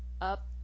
up